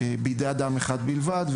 בידי אדם אחד בלבד.